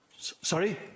Sorry